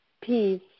Peace